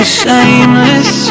shameless